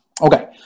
Okay